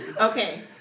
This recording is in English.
okay